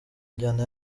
njyana